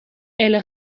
elle